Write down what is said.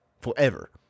Forever